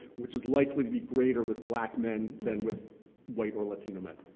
which is likely to be greater with black men than with white or latino men.